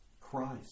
Christ